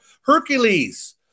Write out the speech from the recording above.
Hercules